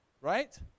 Right